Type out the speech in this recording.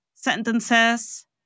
Sentences